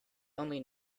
only